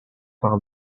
par